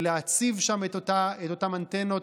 להציב שם את אותם אנטנות,